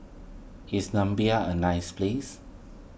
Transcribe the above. is Namibia a nice place